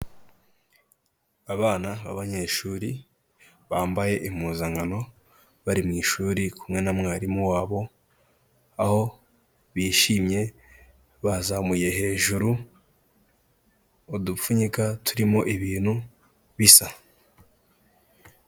Abana b'abanyeshuri bambaye impuzankano bari mu ishuri kumwe na mwarimu wabo, aho bishimye bazamuye hejuru udupfunyika turimo ibintu bisa.